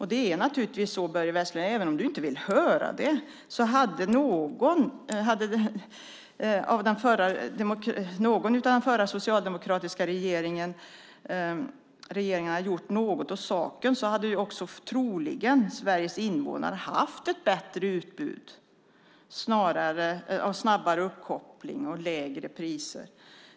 Även om Börje Vestlund inte vill höra det är det så att om någon av de föregående socialdemokratiska regeringarna hade gjort något åt saken hade troligen Sveriges invånare haft ett bättre utbud av snabbare uppkopplingar och lägre priser.